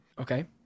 Okay